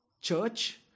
church